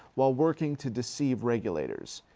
while working to deceive regulators.